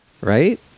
Right